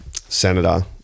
Senator